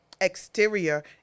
Exterior